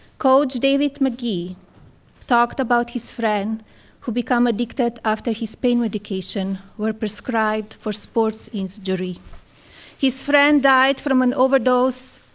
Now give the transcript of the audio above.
coach david mckee talked about his friend who became addicted after his pain medication was prescribed for a sports injury. his friend died from an overdose,